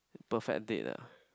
perfect date ah